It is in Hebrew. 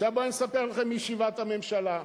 עכשיו בואו אני אספר לכם מישיבת הממשלה.